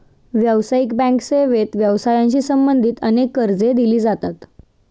व्यावसायिक बँक सेवेत व्यवसायाशी संबंधित अनेक कर्जे दिली जातात